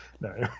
No